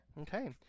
Okay